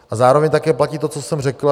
A zároveň také platí to, co jsem řekl.